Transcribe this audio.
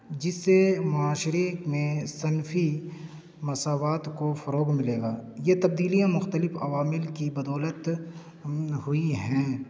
جس سے معاشرے میں صنفی مساوات کو فروغ ملے گا یہ تبدیلیاں مختلف عوامل کی بدولت ہوئی ہیں